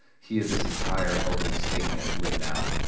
he had this entire opening statement written out,